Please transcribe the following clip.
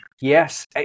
Yes